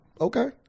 Okay